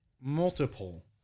multiple